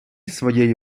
своєю